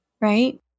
right